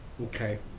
Okay